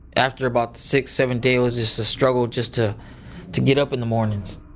after about six seven day, it was just a struggle just to to get up in the mornings